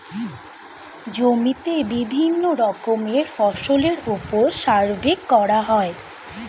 জমিতে বিভিন্ন রকমের ফসলের উপর সার্ভে করা হয়